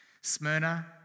Smyrna